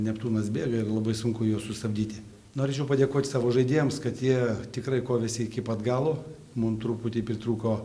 neptūnas bėga ir labai sunku juos sustabdyti norėčiau padėkot savo žaidėjams kad jie tikrai kovėsi iki pat galo mum truputį pritrūko